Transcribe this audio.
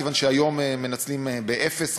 כיוון שהיום מנצלים באפס,